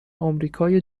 آمریکای